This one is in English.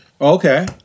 Okay